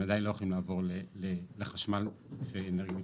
עדיין לא יכולים לעבור לחשמל באנרגיה מתחדשת.